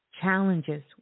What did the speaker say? challenges